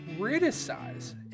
criticize